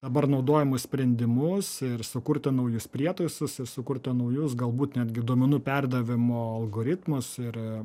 dabar naudojamus sprendimus ir sukurti naujus prietaisusi sukurti naujus galbūt netgi duomenų perdavimo algoritmus ir